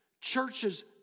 Churches